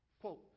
quote